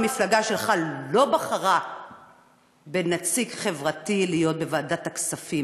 המפלגה שלך לא בחרה בנציג חברתי לוועדת הכספים,